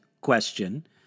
question